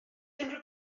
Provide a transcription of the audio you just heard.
unrhyw